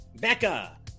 becca